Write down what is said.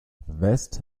west